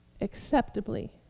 acceptably